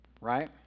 Right